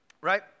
right